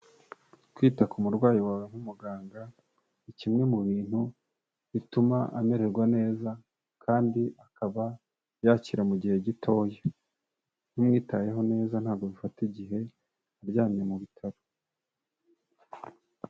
Kwita ku murwayi wawe nk'umuganga ni kimwe mu bintu bituma amererwa neza kandi akaba yakira mu gihe gitoya, iyo umwitayeho neza ntabwo bifata igihe aryamye mu bitaro.